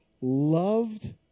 loved